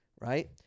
right